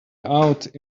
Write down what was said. out